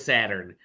Saturn